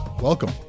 Welcome